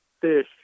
fish